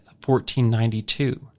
1492